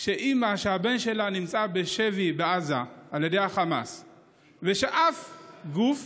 שאימא שהבן שלה נמצא בשבי החמאס בעזה, אף גוף